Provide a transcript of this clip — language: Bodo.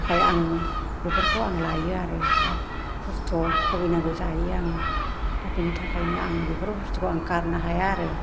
थाखाया आं बेफोरखौ आं लायो आरो बिराथ खस्थ' बुगिनांगौ जाहैयो आङो दा बेनि थाखायनो आं बेफोर खस्थ'खौ आं गारनो हाया आरो